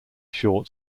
short